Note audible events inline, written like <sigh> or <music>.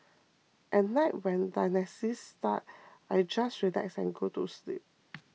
at night when dialysis starts <noise> I just relax and go to sleep <noise>